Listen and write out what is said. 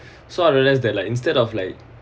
so I realise that like instead of like